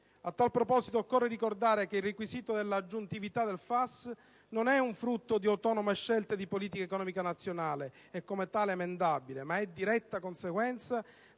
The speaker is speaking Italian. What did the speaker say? A tal proposito occorre ricordare che il requisito della aggiuntività del FAS non è frutto di autonome scelte di politica economica nazionale, e come tale emendabile, ma è diretta conseguenza